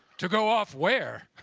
to go off where?